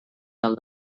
del